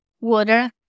water